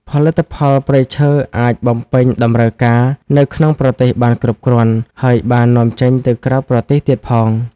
ផលិផលព្រៃឈើអាចបំពេញតម្រូវការនៅក្នុងប្រទេសបានគ្រប់គ្រាន់ ហើយបាននាំចេញទៅក្រៅប្រទេសទៀតផង។